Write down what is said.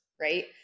right